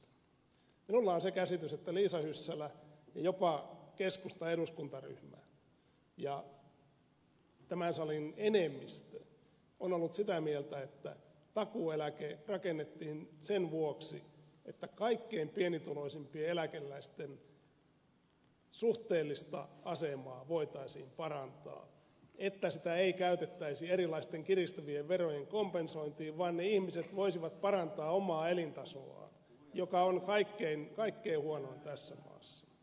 minulla on se käsitys että liisa hyssälä jopa keskustan eduskuntaryhmä ja tämän salin enemmistö on ollut sitä mieltä että takuueläke rakennettiin sen vuoksi että kaikkein pienituloisimpien eläkeläisten suhteellista asemaa voitaisiin parantaa että sitä ei käytettäisi erilaisten kiristyvien verojen kompensoitiin vaan ne ihmiset voisivat parantaa omaa elintasoaan joka on kaikkein huonoin tässä maassa